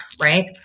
right